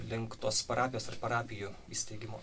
link tos parapijos parapijų įsteigimo